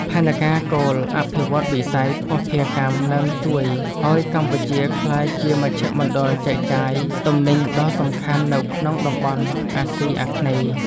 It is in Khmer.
ផែនការគោលអភិវឌ្ឍន៍វិស័យភស្តុភារកម្មនឹងជួយឱ្យកម្ពុជាក្លាយជាមជ្ឈមណ្ឌលចែកចាយទំនិញដ៏សំខាន់នៅក្នុងតំបន់អាស៊ីអាគ្នេយ៍។